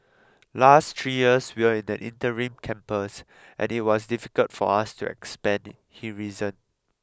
last three years we were in an interim campus and it was difficult for us to expand he reasoned